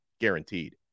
guaranteed